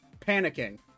Panicking